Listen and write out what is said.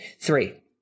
Three